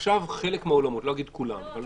עכשיו חלק מהאולמות גם אם